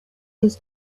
his